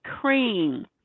cream